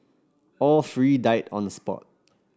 all three died on the spot